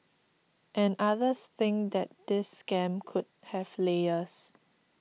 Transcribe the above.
and others think that this scam could have layers